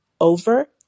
over